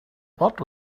what